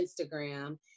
Instagram